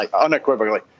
unequivocally